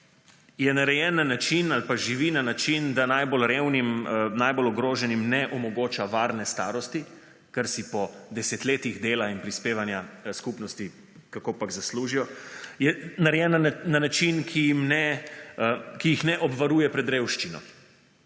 je narejen na način ali pa živi na način, da najbolj revnim, najbolj ogroženim ne omogoča varne starosti, ker si po desetletjih dela in prispevanja skupnosti kakopak zaslužijo, je narejen na način, ki jih ne obvaruje pred revščino.